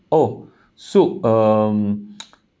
oh soup um